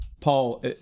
Paul